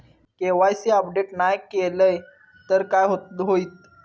KYC update नाय केलय तर काय होईत?